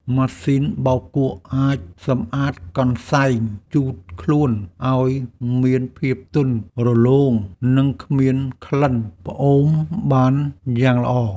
ម៉ាស៊ីនបោកគក់អាចសម្អាតកន្សែងជូតខ្លួនឱ្យមានភាពទន់រលោង និងគ្មានក្លិនផ្អូមបានយ៉ាងល្អ។